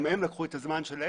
גם הם לקחו את הזמן שלהם,